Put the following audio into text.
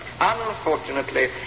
Unfortunately